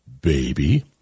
baby